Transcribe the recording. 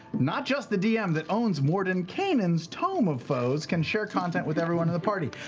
not just the dm, that owns mordenkainen's tome of foes can share content with everyone in the party.